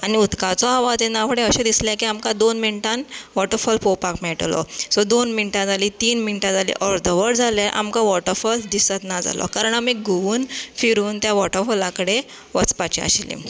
आनी उदकाचो आवज येना फुडें अशें दिसलें आमकां दोन मिनटान वॉटरफॉल पळोवपाक मेळटलो सो दोन मिनटां जाली तीन मिनटां जाली अर्द वर जालें आमकां वॉटरफॉल दिसत ना जालो कारण आमी घुंवून फिरून त्या वॉटरफॉला कडेन वचपाची आशिल्ली